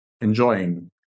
enjoying